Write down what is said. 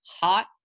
hot